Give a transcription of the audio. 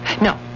No